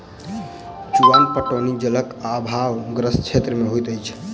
चुआन पटौनी जलक आभावग्रस्त क्षेत्र मे होइत अछि